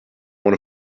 one